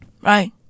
Right